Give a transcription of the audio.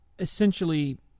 Essentially